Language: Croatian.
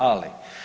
Ali.